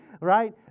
right